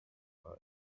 guy